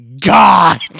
God